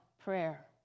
prayer